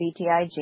BTIG